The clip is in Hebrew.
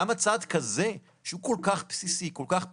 למה צעד כזה, שהוא כל כך בסיסי, כל כך פשוט,